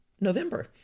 November